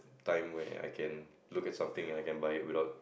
time way I can look at something I can buy without